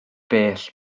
bell